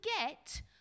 forget